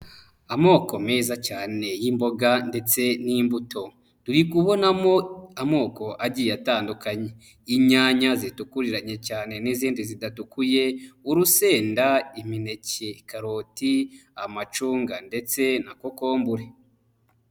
Amoko meza cyane y'imboga ndetse n'imbuto. Turi kubonamo amoko agiye atandukanye. Inyanya zitukuraranye cyane n'izindi zidatukuye, urusenda, imineke, karoti, amacunga ndetse na kokombure.